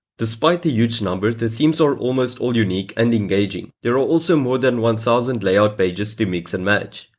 despite the huge number, the themes are almost all unique and engaging. there are also more than one thousand layout pages to mix and match.